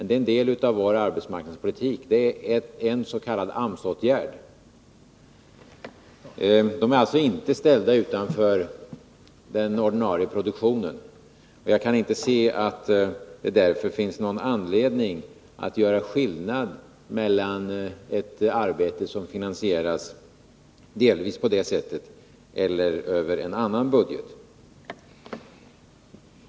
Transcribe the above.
Det är en del av vår arbetsmarknadspolitik. Det är en s.k. AMS-åtgärd. Dessa människor är alltså inte ställda utanför den ordinarie produktionen. Jag kan inte se att det därför finns någon anledning att göra skillnad mellan ett arbete som finansieras delvis på det sättet och ett som finansieras över en annan budget.